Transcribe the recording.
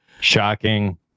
Shocking